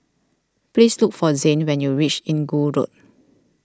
please look for Zayne when you reach Inggu Road